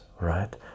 right